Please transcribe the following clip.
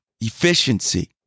Efficiency